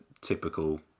typical